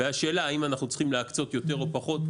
והשאלה היא אם אנחנו להקצות יותר או פחות,